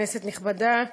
כנסת נכבדה,